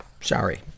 sorry